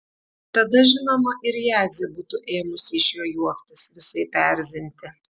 tada žinoma ir jadzė būtų ėmusi iš jo juoktis visaip erzinti